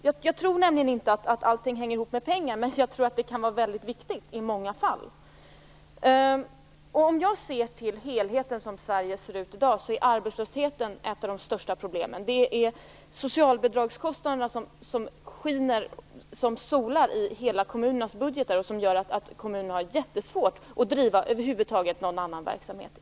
Jag tror inte att allt hänger ihop med pengar, men det är väldigt viktigt med pengar i många fall. Som jag ser det är arbetslösheten ett av Sveriges största problem. Socialbidragskostnaderna skiner som solar i kommunernas budgetar och gör att kommunerna i många fall har det svårt att över huvud taget driva någon annan verksamhet.